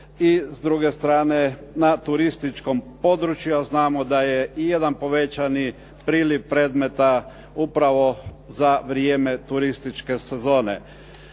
i s druge strane na turističkom području a znamo da je i jedan povećani priliv predmeta upravo za vrijeme turističke sezone.